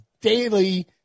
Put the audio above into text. daily